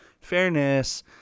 Fairness